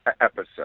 episode